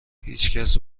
هیچکس